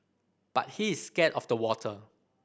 but he is scared of the water